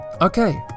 Okay